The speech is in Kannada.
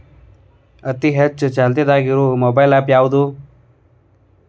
ಅತಿ ಹೆಚ್ಚ ಚಾಲ್ತಿಯಾಗ ಇರು ಮೊಬೈಲ್ ಆ್ಯಪ್ ಯಾವುದು?